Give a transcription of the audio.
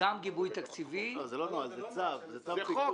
גם גיבוי תקציבי -- זה לא נוהל, זה צו פיקוח.